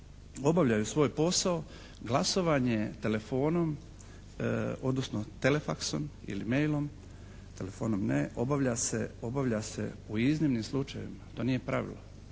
obavljaju svoj posao. Glasovanje telefonom, odnosno telefaksom ili mailom, telefonom obavlja se u iznimnim slučajevima, to nije pravilo